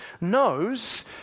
knows